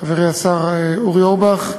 חברי השר אורי אורבך,